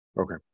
Okay